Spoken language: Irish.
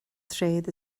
tréad